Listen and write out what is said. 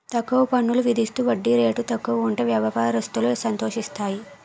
తక్కువ పన్నులు విధిస్తూ వడ్డీ రేటు తక్కువ ఉంటే వ్యాపారస్తులు సంతోషిస్తారు